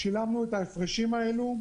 שילמנו את ההפרשים האלה.